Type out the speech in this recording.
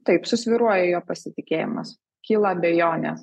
taip susvyruoja jo pasitikėjimas kyla abejonės